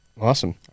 Awesome